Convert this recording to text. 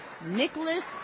Nicholas